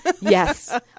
Yes